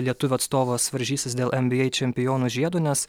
lietuvių atstovas varžysis dėl en by ei čempionų žiedo nes